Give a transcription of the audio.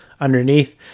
underneath